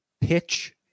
pitch